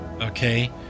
okay